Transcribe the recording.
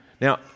Now